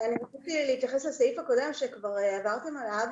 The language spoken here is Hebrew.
אני רציתי להתייחס לסעיף הקודם, שכבר עברתם עליו.